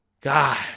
God